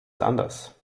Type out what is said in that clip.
anders